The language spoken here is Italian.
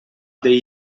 dei